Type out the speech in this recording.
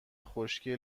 خشکی